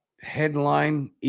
headline